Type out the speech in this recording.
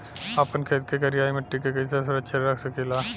आपन खेत के करियाई माटी के कइसे सुरक्षित रख सकी ला?